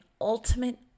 ultimate